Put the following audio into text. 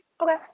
Okay